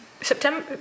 September